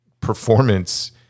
performance